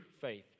faith